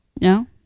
No